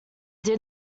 did